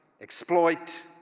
exploit –